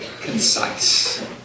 concise